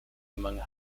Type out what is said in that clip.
among